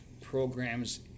programs